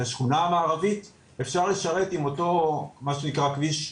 השכונה המערבית אפשר לשרת עם אותו מה שנקרא כביש 101,